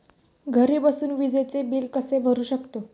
घरी बसून विजेचे बिल कसे भरू शकतो?